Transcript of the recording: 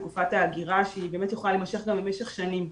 בתקופת ההגירה שהיא באמת יכולה להימשך גם למשך שנים.